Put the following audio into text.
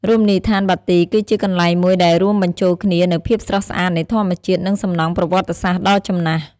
រមណីយដ្ឋានបាទីគឺជាកន្លែងមួយដែលរួមបញ្ចូលគ្នានូវភាពស្រស់ស្អាតនៃធម្មជាតិ និងសំណង់ប្រវត្តិសាស្ត្រដ៏ចំណាស់។